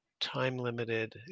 time-limited